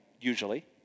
usually